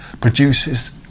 produces